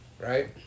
right